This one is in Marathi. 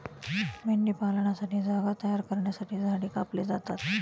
मेंढीपालनासाठी जागा तयार करण्यासाठी झाडे कापली जातात